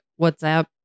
WhatsApp